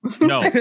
No